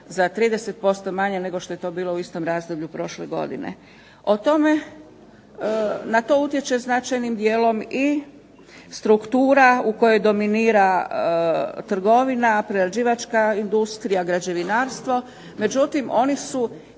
za 30% manje nego što je to bilo u razdoblju prošle godine. O tome, na to utječe značajnim dijelom i struktura u kojoj dominira trgovina, prerađivačka industrija, građevinarstvo, međutim, oni su